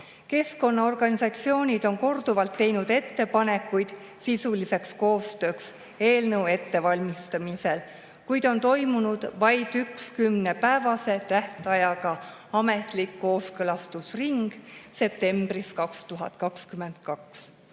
Keskkonnaorganisatsioonid on korduvalt teinud ettepanekuid sisuliseks koostööks eelnõu ettevalmistamisel, kuid on toimunud vaid üks kümnepäevase tähtajaga ametlik kooskõlastusring, septembris 2022.